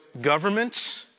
governments